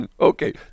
Okay